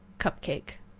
cup-cake.